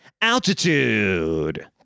Altitude